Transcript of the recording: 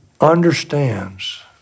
understands